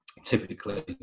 Typically